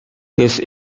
this